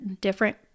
different